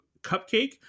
cupcake